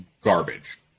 garbage